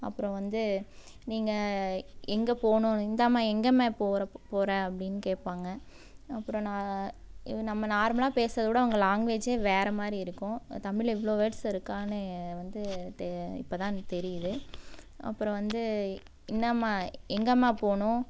அப்புறம் வந்து நீங்கள் எங்கே போகணும் இந்தாம்மா எங்கேம்மா போகிறப் போகிற அப்படின் கேட்பாங்க அப்புறம் நான் நம்ம நார்மலாக பேசறதை விட அவங்கள லாங்வேஜே வேறு மாதிரி இருக்கும் தமிழில் இவ்வளோ வேர்ட்ஸ் இருக்கானு வந்து தே இப்போ தான் தெரியுது அப்புறம் வந்து இந்தாம்மா எங்கேம்மா போகணும்